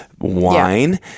wine